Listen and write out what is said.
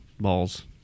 balls